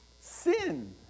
sin